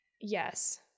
Yes